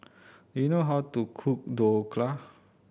do you know how to cook Dhokla